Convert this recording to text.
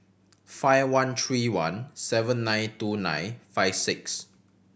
five one three one seven nine two nine five six